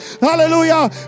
Hallelujah